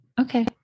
Okay